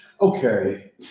Okay